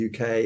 UK